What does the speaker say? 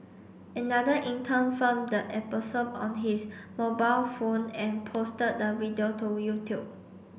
another intern filmed the episode on his mobile phone and posted the video to YouTube